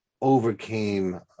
overcame